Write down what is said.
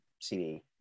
CD